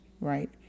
right